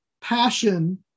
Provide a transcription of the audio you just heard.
passion